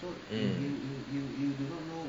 mm